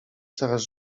coraz